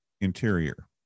interior